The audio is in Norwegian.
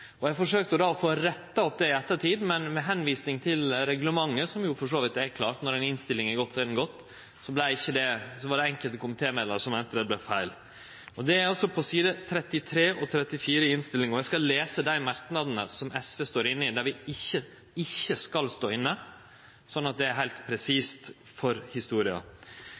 inne. Eg forsøkte då å få retta opp det i ettertid, men med referanse til reglementet, som for så vidt er klart – når ei innstilling er gått, er ho gått – så var det enkelte komitémedlemer som meinte at det vart feil. Dette står altså på side 33 og 34 i innstillinga, og eg skal lese dei merknadene som SV står inne i, der vi ikkje skal stå inne, slik at det vert heilt presist for historia.